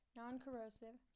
non-corrosive